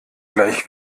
gleich